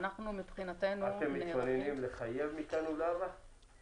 אתם מתכוננים לחייב מכאן ולהבא טכוגרף דיגיטלי?